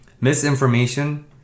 Misinformation